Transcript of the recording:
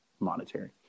monetary